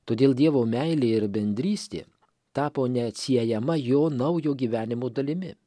todėl dievo meilė ir bendrystė tapo neatsiejama jo naujo gyvenimo dalimi